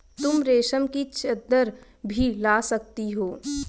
तुम रेशम की चद्दर भी ला सकती हो